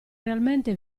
realmente